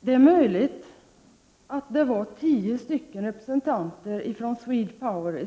Det är möjligt att det var tio representanter från SwedPower